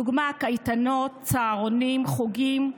דוגמת הקייטנות, הצהרונים, חוגים,